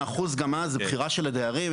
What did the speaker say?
אבל גם אז זו בחירה של דיירים,